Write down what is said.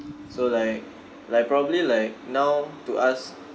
so like like probably like now to us